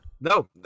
No